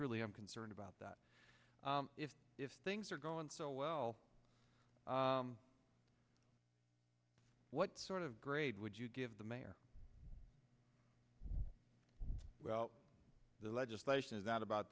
really am concerned about that if if things are going so well what sort of grade would you give the mayor well the legislation is not about